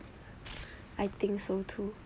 I think so too